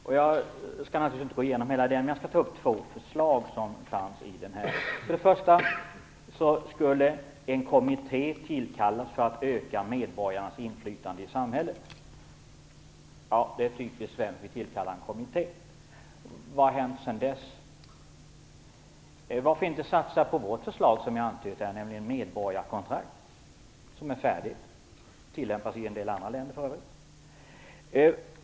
Jag skall naturligtvis inte gå igenom hela propositionen, men jag skall ta upp två förslag som fanns i den. För det första skulle en kommitté tillkallas för att öka medborgarnas inflytande i samhället. Det är typiskt svenskt: Vi tillkallar en kommitté. Vad har hänt sedan dess? Varför inte satsa på vårt förslag som jag har antytt här, nämligen medborgarkontrakt? Det är färdigt. Systemet tillämpas i en del andra länder.